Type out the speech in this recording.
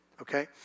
okay